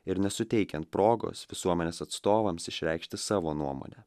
ir nesuteikiant progos visuomenės atstovams išreikšti savo nuomonę